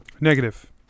Negative